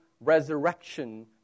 resurrection